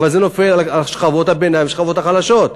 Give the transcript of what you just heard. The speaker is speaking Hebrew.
אבל זה נופל על שכבות הביניים והשכבות החלשות.